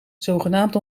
zogenaamd